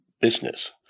business